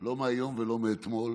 לא מהיום ולא מאתמול.